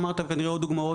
וכנראה עוד דוגמאות,